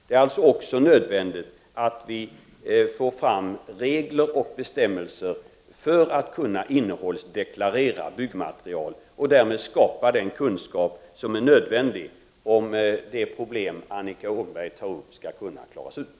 Det är också nödvändigt att få fram regler och bestämmelser för att man skall kunna inne hållsdeklarera byggmaterial och därmed skapa den kunskap som behövs, om = Prot. 1989/90:30